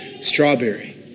Strawberry